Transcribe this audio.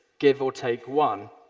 give or take one